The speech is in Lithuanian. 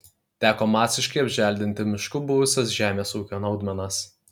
teko masiškai apželdinti mišku buvusias žemės ūkio naudmenas